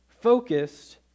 focused